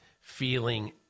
feeling